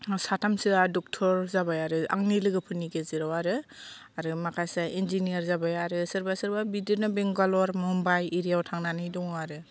बिदिनो साथामसोआ ड'क्टर जाबाय आरो आंनि लोगोफोरनि गेजेराव आरो आरो माखासेआ इनजिनियार जाबाय आरो सोरबा सोरबा बिदिनो बेंगालर मुम्बाइ इरियाव थांनानै दङ आरो